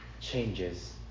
changes